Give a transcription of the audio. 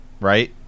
right